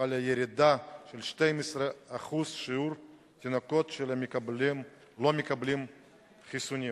וחלה ירידה של כ-12% בשיעור התינוקות שלא מקבלים חיסונים.